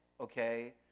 okay